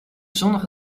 zonnige